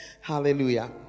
Hallelujah